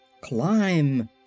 Climb